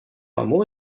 amour